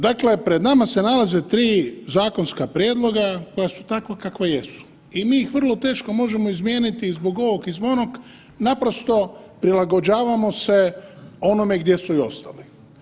Dakle, pred nama se nalaze 3 zakonska prijedloga koja su takva kakva jesu i mi ih vrlo teško možemo izmijeniti zbog ovog i zbog onog, naprosto prilagođavamo se onome gdje su i ostali.